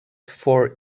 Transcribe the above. for